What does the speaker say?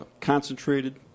concentrated